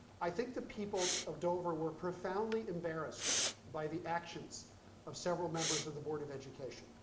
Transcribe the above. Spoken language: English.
i think the people of dover were profoundly embarrassed by the actions of several members of the board of education.